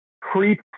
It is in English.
creep